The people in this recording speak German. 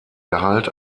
gehalt